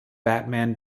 batman